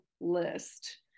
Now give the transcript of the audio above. list